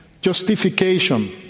justification